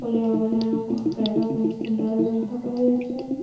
ଅଳିଆ ଆବର୍ଜନା ପାଇାଇବା ପାଇଁ କୁଣ୍ଡର ବ୍ୟବସ୍ଥା କରାଯାଇଛି